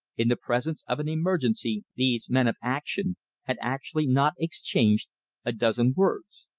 in the presence of an emergency these men of action had actually not exchanged a dozen words.